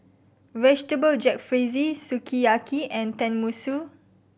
Vegetable Jalfrezi Sukiyaki and Tenmusu